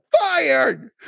fired